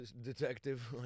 detective